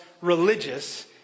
religious